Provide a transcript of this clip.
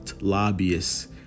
lobbyists